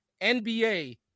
NBA